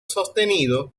sostenido